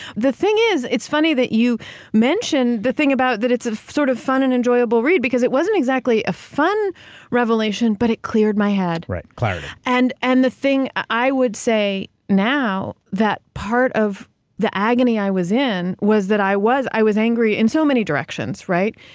the thing is, it's funny that you mentioned the thing about, that it's a sort of fun and enjoyable read because it wasn't exactly a fun revelation, but it cleared my head. right, clarity. and, and the thing i would say now, that part of the agony i was in, was that i was i was angry in so many directions, right?